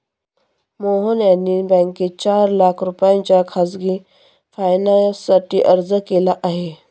मोहन यांनी बँकेत चार लाख रुपयांच्या खासगी फायनान्ससाठी अर्ज केला आहे